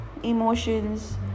emotions